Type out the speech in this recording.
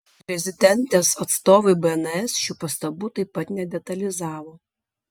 prezidentės atstovai bns šių pastabų taip pat nedetalizavo